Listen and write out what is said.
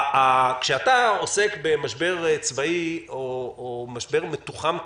כשאתה עוסק במשבר צבאי או משבר מתוחם הזה,